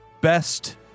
best